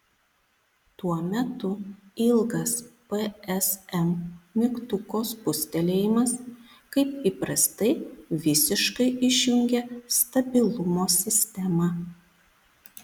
tuo metu ilgas psm mygtuko spustelėjimas kaip įprastai visiškai išjungia stabilumo sistemą